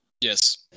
yes